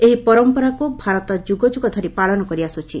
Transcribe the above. ଏହି ପରମ୍ପରାକୁ ଭାରତ ଯୁଗ ଯୁଗ ଧରି ପାଳନ କରିଆସୁଛି